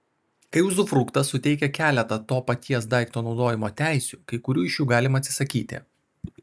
kai uzufruktas suteikia keletą to paties daikto naudojimo teisių kai kurių iš jų galima atsisakyti